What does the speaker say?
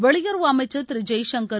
வெளியுறவு அமைச்சர் திரு ஜெய்சங்கரும்